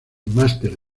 masters